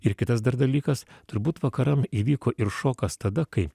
ir kitas dar dalykas turbūt vakaram įvyko ir šokas tada kai